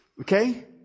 Okay